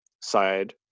side